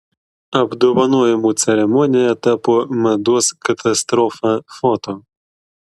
apdovanojimų ceremonija tapo mados katastrofa foto